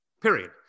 Period